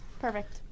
Perfect